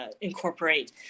incorporate